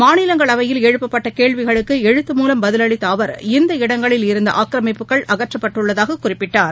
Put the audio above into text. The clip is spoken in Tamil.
மாநிலங்களவையில் எழுப்பப்பட்ட கேள்விகளுக்கு எழுத்து மூலம் பதிலளித்த அவா் இந்த இடங்களிலிருந்த ஆக்கிரமிப்புகள் அகற்றப்பட்டுள்ளதாக குறிப்பிட்டார்